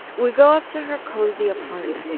we go up to her cozy apartment.